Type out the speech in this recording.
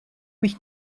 mich